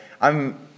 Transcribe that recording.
I'm-